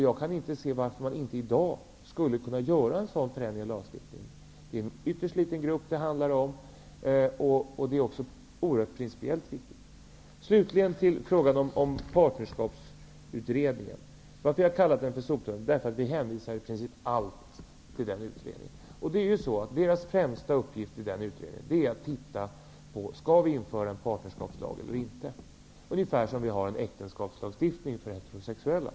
Jag kan inte se varför man inte skulle kunna göra en förändring i lagstiftningen i dag. Det handlar om en ytterst liten grupp, men det är oerhört viktigt principiellt sett. Slutligen vill jag ta upp frågan om Partnerskapsutredningen. Jag har kallat den för soptunnan, därför att vi hänvisar i princip allt dit. Dess främsta uppgift är att utreda om det skall införas en partnerskapslag, ungefär på samma sätt som äktenskapslagstiftningen för heterosexuella.